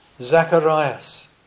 Zacharias